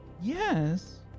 Yes